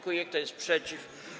Kto jest przeciw?